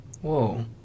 whoa